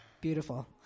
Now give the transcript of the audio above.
Beautiful